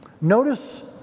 Notice